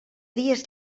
dies